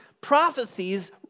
prophecies